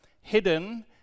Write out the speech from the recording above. hidden